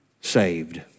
saved